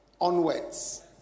onwards